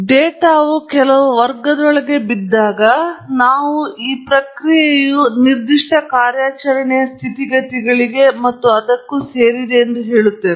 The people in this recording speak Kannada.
ಆದ್ದರಿಂದ ಡೇಟಾವು ಕೆಲವು ವರ್ಗದೊಳಗೆ ಬಿದ್ದಾಗ ನಾವು ಈ ಪ್ರಕ್ರಿಯೆಯು ನಿರ್ದಿಷ್ಟ ಕಾರ್ಯಾಚರಣೆಯ ಸ್ಥಿತಿಗತಿಗಳಿಗೆ ಮತ್ತು ಅದಕ್ಕೂ ಸೇರಿದೆ ಎಂದು ಹೇಳುತ್ತೇವೆ